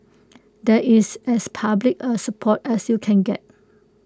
that is as public A support as you can get